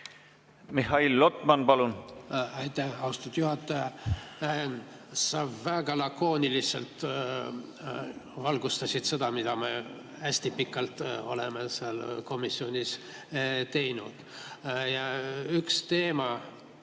Mihhail Lotman, palun! Aitäh, austatud juhataja! Sa väga lakooniliselt valgustasid seda, mida me hästi pikalt oleme seal komisjonis teinud. Üks teema,